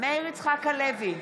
מאיר יצחק הלוי,